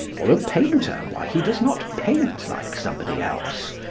or a painter why he does not paint like somebody else,